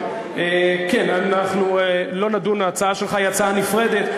אנחנו לא נדון בהצעה שלך, היא הצעה נפרדת.